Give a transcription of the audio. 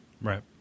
Right